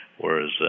whereas